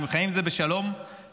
אנחנו חיים עם זה בשלום חודשים,